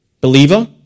Believer